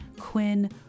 Quinn